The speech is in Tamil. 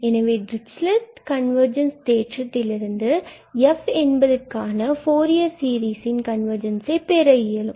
எனவே டிரிச்சிலட் கன்வர்ஜென்ஸ் தேற்றத்திலிருந்து நாம் f என்பதற்கான ஃபூரியர் சீரிஸின் கன்வர்ஜென்ஸை பெற இயலும்